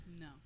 No